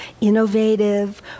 innovative